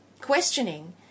questioning